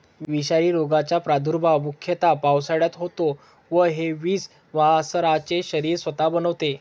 विषारी रोगाचा प्रादुर्भाव मुख्यतः पावसाळ्यात होतो व हे विष वासरांचे शरीर स्वतः बनवते